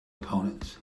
opponents